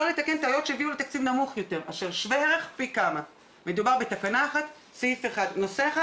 ספר במוכר שאינו רשמי אינם באופן חדש ואופק חדש